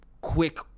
Quick